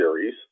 series